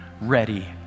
ready